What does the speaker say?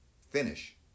finish